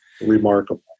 remarkable